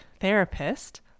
therapist